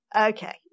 okay